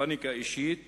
פניקה אישית,